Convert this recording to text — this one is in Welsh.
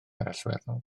allweddol